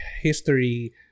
history